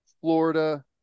Florida